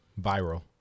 viral